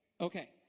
Okay